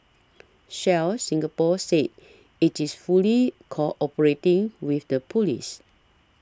shell Singapore said it is fully cooperating with the police